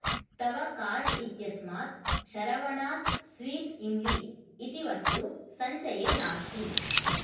तव कार्ट् इत्यस्मात् शरवणास् स्वीट् इम्ली इति वस्तु सञ्चये नास्ति